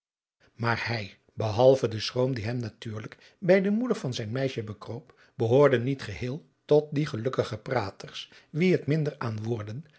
maar hij behalve den schroom die hem natuurlijk bij de moeder van zijn meisje bekroop behoorde niet geheel tot die gelukkige praters wien het minder aan woorden